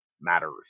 matters